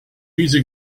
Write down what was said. music